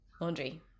Laundry